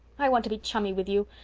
i want to be chummy with you.